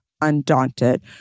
Undaunted